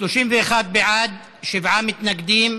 31 בעד, שבעה מתנגדים,